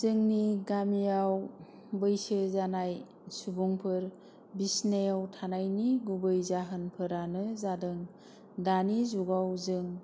जोंनि गामियाव बैसो जानाय सुबुंफोर बिसनायाव थानायनि थानायनि गुबै जाहोनफोरानो जादों दानि जुगाव जों